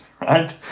right